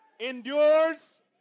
Endures